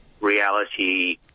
reality